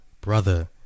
Brother